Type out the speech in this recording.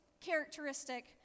characteristic